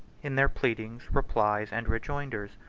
in their pleadings, replies, and rejoinders,